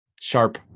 sharp